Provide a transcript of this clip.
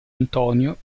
antonio